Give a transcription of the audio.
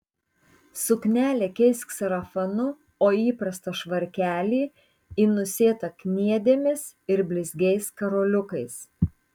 suknelę keisk sarafanu o įprastą švarkelį į nusėtą kniedėmis ir blizgiais karoliukais